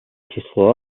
числу